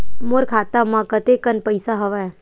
मोर खाता म कतेकन पईसा हवय?